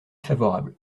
favorable